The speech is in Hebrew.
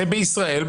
שבישראל,